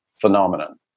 phenomenon